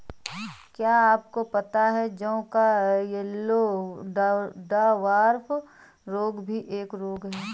क्या आपको पता है जौ का येल्लो डवार्फ रोग भी एक रोग है?